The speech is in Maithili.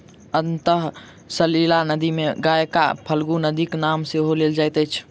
अंतः सलिला नदी मे गयाक फल्गु नदीक नाम सेहो लेल जाइत अछि